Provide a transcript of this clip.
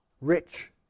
rich